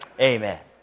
Amen